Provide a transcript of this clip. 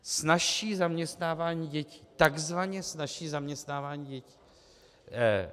Snazší zaměstnávání dětí, takzvaně snazší zaměstnávání dětí.